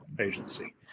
agency